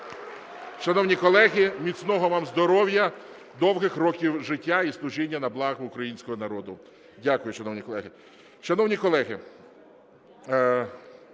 Дякую,